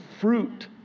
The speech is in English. fruit